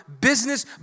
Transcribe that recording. business